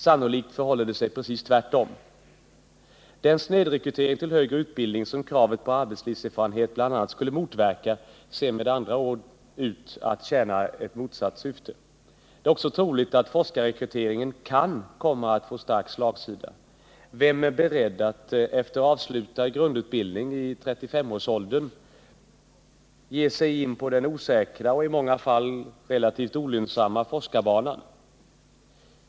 Sannolikt förhåller det sig precis tvärtom. Den snedrekrytering till högre utbildning som kravet på arbetslivserfarenhet bl.a. skulle motverka ser med andra ord ut att tjäna ett motsatt syfte. Det är också troligt att forskarrekryteringen kan komma att få stark slagsida. Vem är beredd att efter avslutad grundutbildning i 35-40-årsåldern ge sig in på den osäkra och i många fall relativt olönsamma forskarbanan?